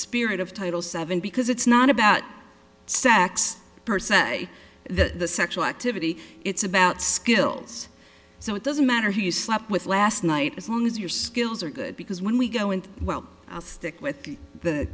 spirit of title seven because it's not about sex per se that the sexual activity it's about skills so it doesn't matter who you sleep with last night as long as your skills are good because when we go into well i'll stick with the